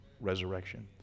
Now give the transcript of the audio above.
resurrection